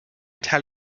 tell